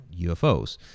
ufos